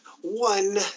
one